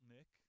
Nick